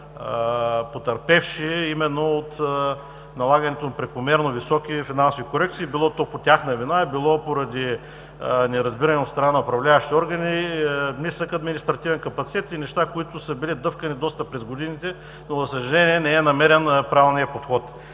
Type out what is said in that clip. потърпевши именно от налагането на прекомерно високи финансови корекции, било то по тяхна вина, било поради неразбиране от страна на управляващите органи, нисък административен капацитет и неща, които са били дъвкани доста през годините, но, за съжаление, не е намерен правилният подход.